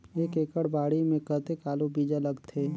एक एकड़ बाड़ी मे कतेक आलू बीजा लगथे?